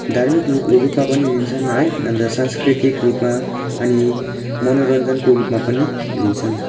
धार्मिक रूपमा पनि लिन्छन् है अन्त सांस्कृतिक रूपमा अनि मनोरञ्जनको रूपमा पनि लिन्छन्